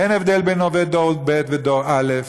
אין הבדל בין עובד דור ב' ודור א',